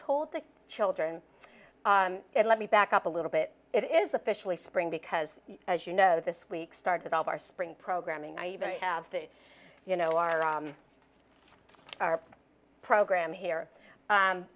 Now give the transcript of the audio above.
told the children it let me back up a little bit it is officially spring because as you know this week started all of our spring programming i even have you know our our program here